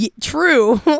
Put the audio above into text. true